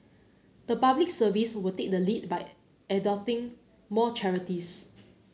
the Public Service will take the lead by adopting more charities